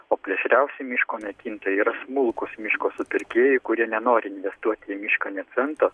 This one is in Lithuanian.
o plėšriausi miško naikintojai yra smulkūs miško supirkėjai kurie nenori investuoti į mišką nė cento